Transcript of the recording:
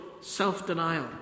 self-denial